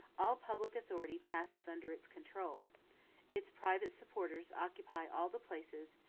all public authority passes under its control its private supporters occupy all the places,